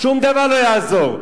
שום דבר לא יעזור.